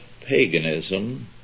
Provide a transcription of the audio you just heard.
paganism